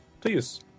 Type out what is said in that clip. please